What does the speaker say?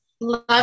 love